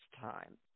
time